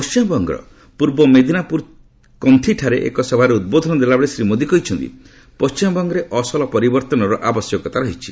ପଶ୍ଚିମବଙ୍ଗର ପୂର୍ବ ମେଦିନାପୁର କନ୍ତିଠାରେ ଏକ ସଭାରେ ଉଦ୍ବୋଧନ ଦେବାବେଳେ ଶ୍ରୀ ମୋଦୀ କହିଛନ୍ତି ପଶ୍ଚିମବଙ୍ଗରେ ଅସଲ ପରିବର୍ତ୍ତନର ଆବଶ୍ୟକତା ରହିଛି